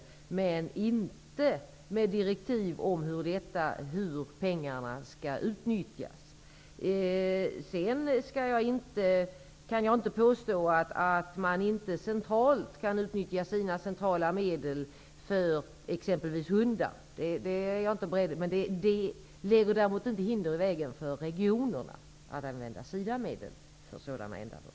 Däremot handlar det inte om direktiv om hur pengarna skall utnyttjas. Jag kan inte påstå att man centralt inte kan utnyttja sina centrala medel för exempelvis hundar. Däremot kan jag säga att det inte föreligger hinder för regionerna att använda sina medel för sådana här ändamål.